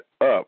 up